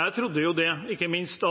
Jeg trodde at ikke minst